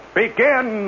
begin